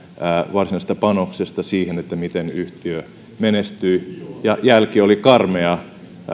varsinaisesta panoksesta siihen miten yhtiö menestyy ja jälki oli karmeaa